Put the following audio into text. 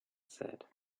said